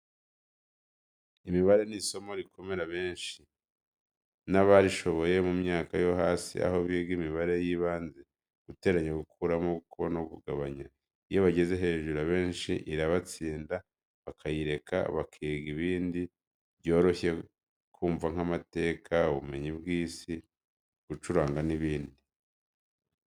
Imibare ni isomo rikomerera benshi, n'abarishoboye mu myaka yo hasi aho biga imibare y'ibanze, guteranya, gukuramo, gukuba no kugabanya, iyo bageze hejuru abenshi irabatsinda bakayireka bakiga ibindi byoroshye kumva nk'amateka, ubumenyi bw' isi, gucuranga n'ibindi.